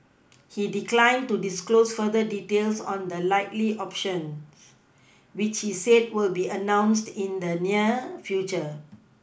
he declined to disclose further details on the likely options which he said will be announced in the near future